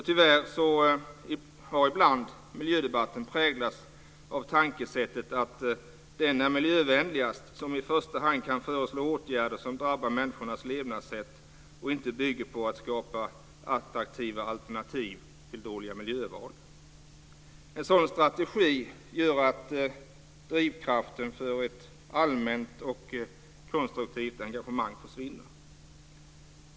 Tyvärr har ibland miljödebatten präglats av tankesättet att den är miljövänligast som i första hand kan föreslå åtgärder som drabbar människors levnadssätt och inte bygger på att skapa attraktiva alternativ till dåliga miljöval. En sådan strategi gör att drivkraften för ett allmänt och konstruktivt engagemang försvinner.